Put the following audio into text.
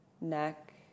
neck